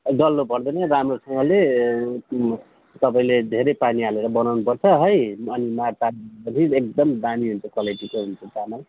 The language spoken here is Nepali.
डल्लो पर्दैन राम्रोसँगले तपाईँले धेरै पानी हालेर बनाउनुपर्छ है अनि माड तारेपछि एकदम दामी हुन्छ क्वालेटीको हुन्छ चामल